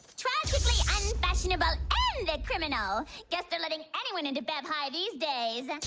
tragically and unfashionable undead criminal guess they're letting anyone into bed high these days